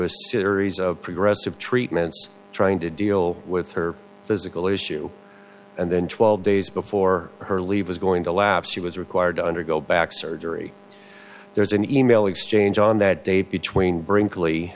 a series of progressive treatments trying to deal with her physical issue and then twelve days before her leave was going to lapse she was required to undergo back surgery there's an e mail exchange on that day between brinkley